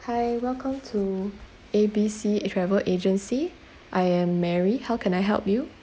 hi welcome to A B C eh travel agency I am mary how can I help you